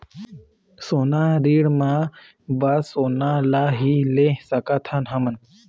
सोना ऋण मा बस सोना ला ही ले सकत हन हम?